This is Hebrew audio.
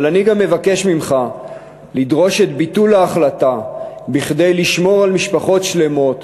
אבל אני גם מבקש ממך לדרוש את ביטול ההחלטה כדי לשמור על משפחות שלמות,